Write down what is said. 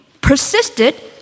persisted